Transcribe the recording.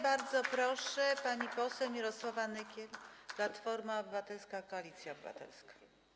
Bardzo proszę, pani poseł Mirosława Nykiel, Platforma Obywatelska - Koalicja Obywatelska.